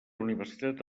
universitat